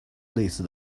类似